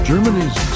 Germany's